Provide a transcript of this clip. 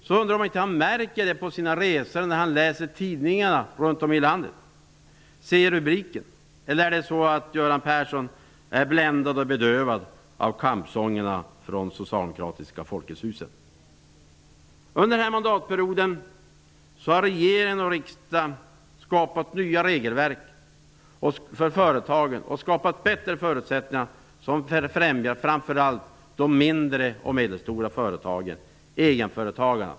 Märker han inte det när han ser rubriker och läser tidningar runt om i landet, eller är han bländad och bedövad av kampsångerna från socialdemokraternas Folkets hus landet över. Under den här mandatperioden har regering och riksdag skapat nya regelverk och bättre förutsättningar för företagen, förutsättningar som framför allt främjar de mindre och medelstora företagen -- egenföretagarna.